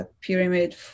pyramid